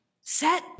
set